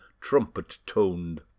trumpet-toned